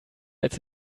als